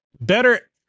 better